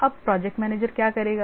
अब project manager क्या करेगा